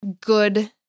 good